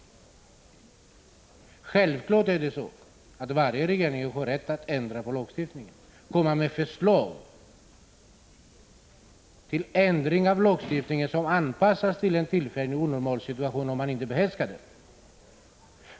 Självfallet har varje regering rätt att lägga fram förslag till ändringar av lagstiftningen, anpassade till en tillfällig och onormal situation, om man inte behärskar den.